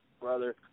brother